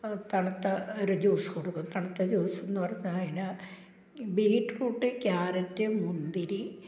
തണുത്ത ഒരു ജ്യൂസ് കൊടുക്കും തണുത്ത ജ്യൂസെന്നു പറഞ്ഞാൽ അതിനു ബീറ്റ്റൂട്ട് ക്യാരറ്റ് മുന്തിരി